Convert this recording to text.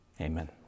Amen